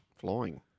Flying